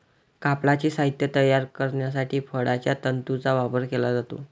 कापडाचे साहित्य तयार करण्यासाठी फळांच्या तंतूंचा वापर केला जातो